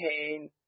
pain